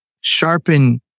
sharpen